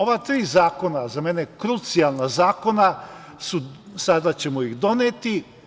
Ova tri zakona, za mene krucijalna zakona, sada ćemo ih doneti.